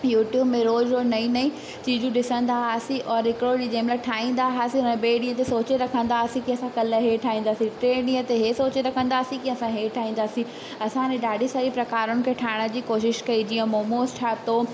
YouTube में रोज़ू रोज़ु नई नई चीजूं ॾिसंदा हुआसीं और हिकिड़ो ॾींहुं जंहिंमहिल ठाहींदा हुआसीं उन ॿे ॾी ते सोचे रखंदा हुआसीं की असां काल्ह इहो ठाईंदासीं टे ॾींहं ते इहे सोचे रखंदा हुआसीं की असां इहो ठाहींदासीं असां हाणे ॾाढी सारी प्रकारनि खे ठाहिण जी कोशिश कई जीअं मोमोस ठाहियो